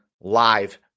live